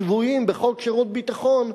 השבויים בחוק שירות ביטחון,